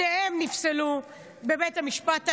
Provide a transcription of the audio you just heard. שניהם נפסלו בבית המשפט העליון,